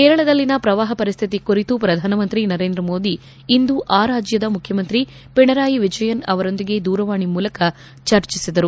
ಕೇರಳದಲ್ಲಿನ ಶ್ರವಾಹ ಪರಿಸ್ವಿತಿ ಕುರಿತು ಶ್ರಧಾನಮಂತ್ರಿ ನರೇಂದ್ರಮೋದಿ ಇಂದು ಆ ರಾಜ್ಯದ ಮುಖ್ಯಮಂತ್ರಿ ಪಿಣರಾಯಿ ವಿಜಯನ್ ಅವರೊಂದಿಗೆ ದೂರವಾಣಿ ಮೂಲಕ ಚರ್ಚಿಸಿದರು